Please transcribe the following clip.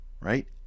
right